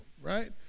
Right